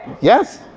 yes